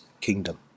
kingdom